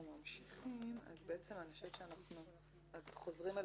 ממשיכים וחוזרים על